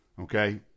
okay